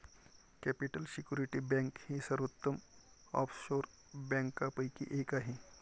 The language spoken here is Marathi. कॅपिटल सिक्युरिटी बँक ही सर्वोत्तम ऑफशोर बँकांपैकी एक आहे